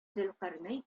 зөлкарнәй